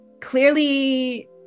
clearly